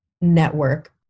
network